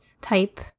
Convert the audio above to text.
type